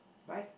right